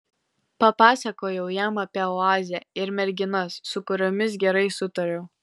papasakojau jam apie oazę ir merginas su kuriomis gerai sutariau